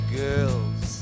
girls